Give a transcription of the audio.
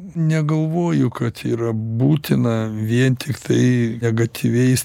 negalvoju kad yra būtina vien tiktai negatyviais